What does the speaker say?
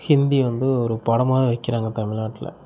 ஹிந்தி வந்து ஒரு பாடமாகவே வைக்கிறாங்க தமிழ்நாட்டில